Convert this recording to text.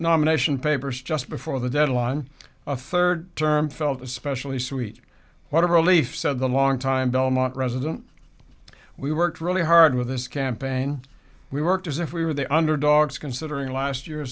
nomination papers just before the deadline a third term felt especially sweet one of relief said the long time belmont resident we worked really hard with this campaign we worked as if we were the underdogs considering last year